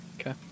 Okay